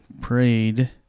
prayed